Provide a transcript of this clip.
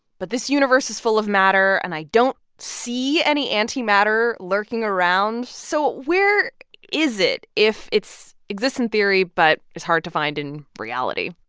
but this universe is full of matter. and i don't see any antimatter lurking around. so where is it if it exists in theory but is hard to find in reality?